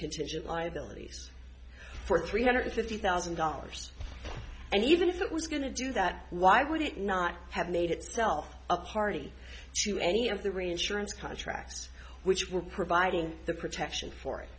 contingent liabilities for three hundred fifty thousand dollars and even if that was going to do that why would it not have made itself a party to any of the reinsurance contracts which were providing the protection for